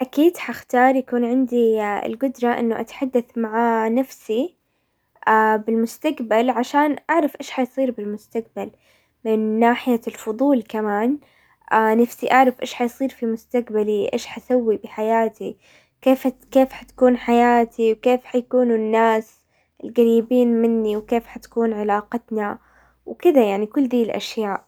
اكيد حختار يكون عندي القدرة انه اتحدث مع نفسي بالمستقبل عشان اعرف ايش حيصير بالمستقبل. من ناحية الفضول كمان نفسي اعرف ايش حيصير في مستقبلي، ايش حسوي بحياتي، كيف-كيف حتكون حياتي، وكيف حيكونوا الناس القريبين مني، وكيف حتكون علاقتنا وكذا يعني كل ذي الاشياء.